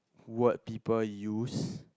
weird people use